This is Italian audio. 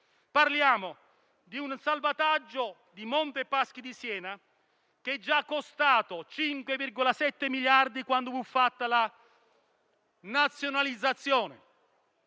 italiana; di un salvataggio di Monte dei Paschi di Siena, che è già costato 5,7 miliardi quando fu fatta la nazionalizzazione,